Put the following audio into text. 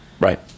Right